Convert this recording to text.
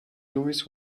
lewis